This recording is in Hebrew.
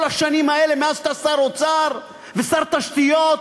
השנים האלה מאז אתה שר אוצר ושר תשתיות?